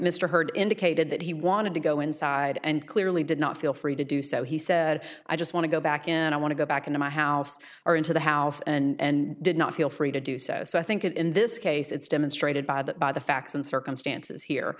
mr hurd indicated that he wanted to go inside and clearly did not feel free to do so he said i just want to go back and i want to go back into my house or into the house and did not feel free to do so so i think in this case it's demonstrated by the by the facts and circumstances here